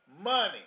money